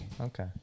okay